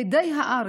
ילידי הארץ,